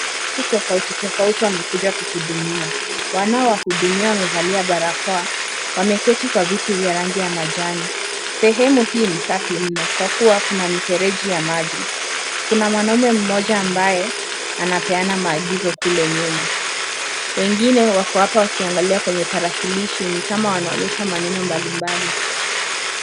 Watu tutafauti tofauti wamekuja kuhudumiwa. Wana wahudumia wamevalia barakoa, wameketi kwa viti vya rangi ya majani. Sehemu hii ni safi mno kwa kuwa kuna mifereji ya maji. Kuna manome mmoja ambaye, anapeana maagizo kule nyuma. Wengine wako hapa wakiangalia kwenye tarakilishi, ni kama wanaonyesha maneno mbalimbali.